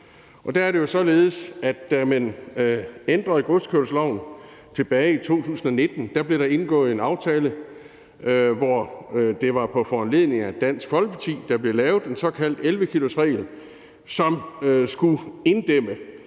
Der er det jo således, at da man ændrede godskørselsloven tilbage i 2019, blev der indgået en aftale, hvor der på foranledning af Dansk Folkeparti blev lavet en såkaldt 11-kilosregel, som skulle inddæmme